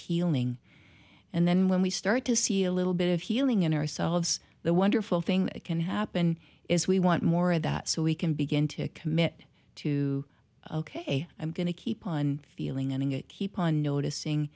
healing and then when we start to see a little bit of healing in ourselves the wonderful thing can happen is we want more of that so we can begin to commit to say i'm going to keep on feeling and keep on noticing